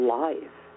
life